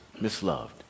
misloved